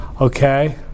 Okay